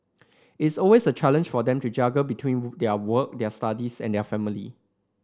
it's always a challenge for them to juggle between their work their studies and their family